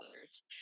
others